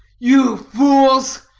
you fools!